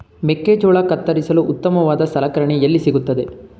ಮೆಕ್ಕೆಜೋಳ ಕತ್ತರಿಸಲು ಉತ್ತಮವಾದ ಸಲಕರಣೆ ಎಲ್ಲಿ ಸಿಗುತ್ತದೆ?